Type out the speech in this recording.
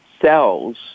cells